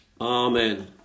Amen